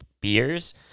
beers